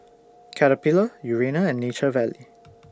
Caterpillar Urana and Nature Valley